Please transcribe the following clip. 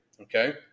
okay